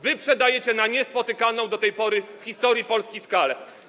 Wyprzedajecie ją na niespotykaną do tej pory w historii Polski skalę.